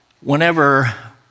Whenever